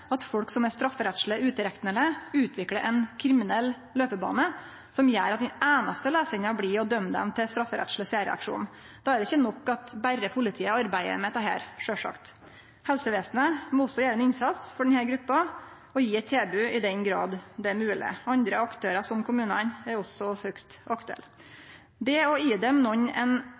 at folk som er strafferettsleg utilreknelege, utviklar ein kriminell løpebane som gjer at den einaste løysinga blir å døme dei til strafferettsleg særreaksjon. Då er det ikkje nok at berre politiet arbeider med dette, sjølvsagt. Helsevesenet må også gjere ein innsats for denne gruppa og gje eit tilbod, i den grad det er mogleg. Andre aktørar, som kommunane, er også høgst aktuelle. Det å